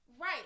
right